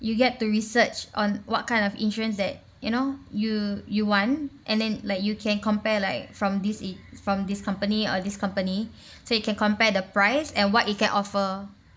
you get to research on what kind of insurance that you know you you want and then like you can compare like from this i~ from this company or this company so you can compare the price and what it can offer